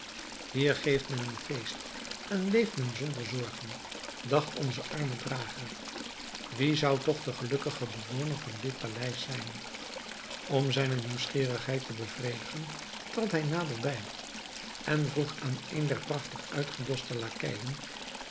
hier geeft men een feest en leeft men zonder zorgen dacht onze arme drager wie zou toch de gelukkige bewoner van dit paleis zijn om zijne nieuwsgierigheid te bevredigen trad hij naderbij en vroeg aan een der prachtig uitgedoschte